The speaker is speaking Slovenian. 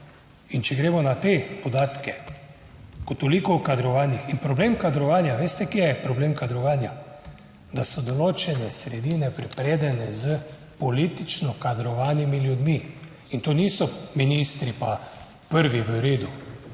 In če gremo na te podatke, ko toliko o kadrovanjih in problem kadrovanja. Veste kje je problem kadrovanja? Da so določene sredine prepredene s politično kadrovanimi ljudmi. In to niso ministri, pa prvi. V redu,